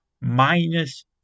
minus